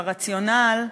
ברציונל,